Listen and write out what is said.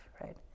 right